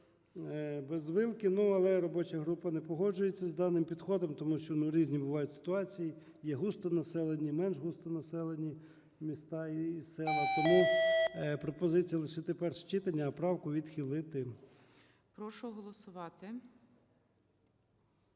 без вилки. Але робоча група не погоджується з даним підходом, тому що різні бувають ситуації: є густо населені, менш густо населені міста і села. Тому пропозиція лишити перше читання, а правку відхилити. ГОЛОВУЮЧИЙ. Прошу голосувати.